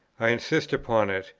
i insist upon it,